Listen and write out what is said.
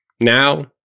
Now